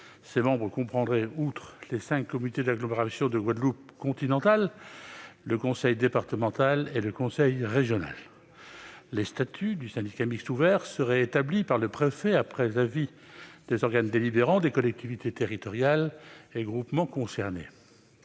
Ses membres comprendraient, outre les cinq communautés d'agglomération de Guadeloupe continentale, le conseil départemental et le conseil régional. Les statuts du syndicat mixte ouvert seraient établis par le préfet, après avis des organes délibérants des collectivités territoriales et groupements concernés.